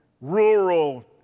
rural